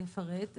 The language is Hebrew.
יפרט,